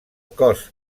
cos